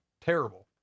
terrible